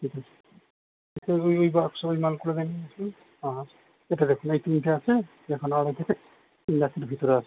ঠিক আছে এটা ওই বাক্স ওই টান করে দাঁড়িয়ে আছে আর এটা দেখুন এই তিনটা আছে দেখুন আড়াই থেকে তিন লাখের ভিতরে আছে